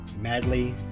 Madly